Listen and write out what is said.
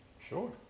Sure